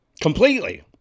completely